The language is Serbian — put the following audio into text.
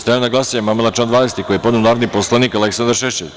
Stavljam na glasanje amandman na član 10. koji je podneo narodni poslanik Aleksandar Šešelj.